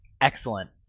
Excellent